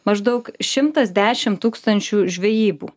maždaug šimtas dešimt tukstančių žvejybų